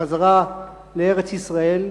חזרה לארץ-ישראל,